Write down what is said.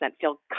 feel